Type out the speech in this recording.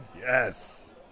Yes